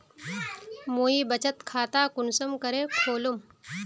मुई बचत खता कुंसम करे खोलुम?